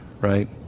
right